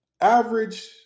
Average